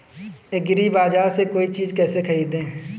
एग्रीबाजार से कोई चीज केसे खरीदें?